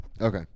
Okay